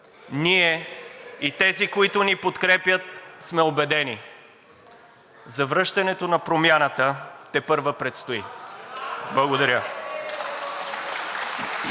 ние и тези, които ни подкрепят, сме убедени – завръщането на „Промяната“ тепърва предстои. Благодаря.